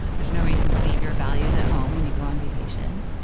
there's no reason to leave your values at home when you go on vacation.